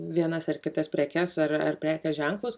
vienas ar kitas prekes ar ar prekės ženklus